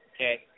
Okay